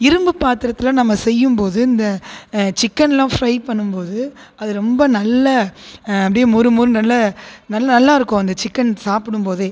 இரும்பு பாத்திரத்தில் நம்ம செய்யும் போது இந்த சிக்கன்லாம் ஃபிரை பண்ணும்போது அது ரொம்ப நல்ல அப்படியே நல்ல மொறுமொறுனு நல்லாயிருக்கும் அந்த சிக்கன் சாப்பிடும்போதே